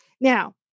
Now